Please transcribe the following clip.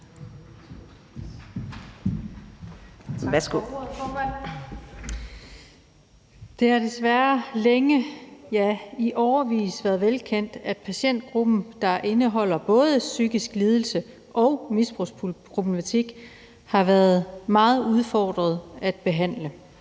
Det har desværre længe, ja, i årevis, været velkendt, at patientgruppen, der indeholder mennesker med både en psykisk lidelse og en misbrugsproblematik, har været en meget udfordret gruppe at behandle.